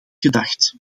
gedacht